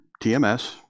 TMS